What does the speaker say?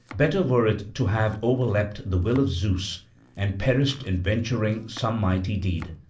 better were it to have overleapt the will of zeus and perished in venturing some mighty deed.